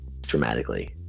dramatically